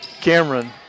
Cameron